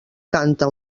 canta